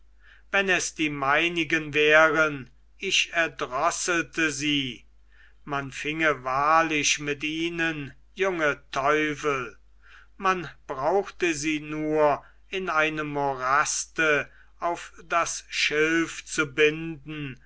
wenn es die meinigen wären ich erdrosselte sie man finge wahrlich mit ihnen junge teufel man brauchte sie nur in einem moraste auf das schilf zu binden